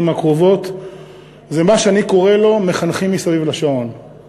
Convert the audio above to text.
הקרובות זה מה שאני קורא לו "מחנכים מסביב לשעון";